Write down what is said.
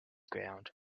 ground